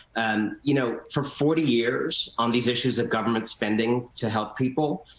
and, you know, for forty years, on these issues of government spending to help people,